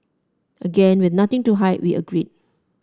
again with nothing to hide we agreed